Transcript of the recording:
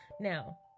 now